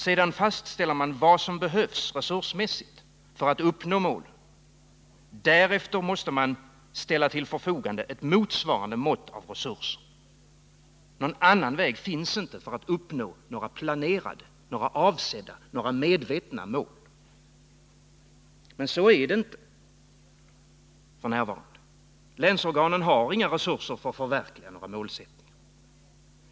Sedan fastställer man vad som resursmässigt behövs för att uppnå målen. Därefter måste man ställa till förfogande ett motsvarande mått av resurser. Någon annan väg finns inte för att uppnå några planerade, några avsedda, några medvetna mål. Men så fungerar det inte i dag. Länsorganen har inga resurser för att förverkliga några målsättningar.